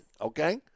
okay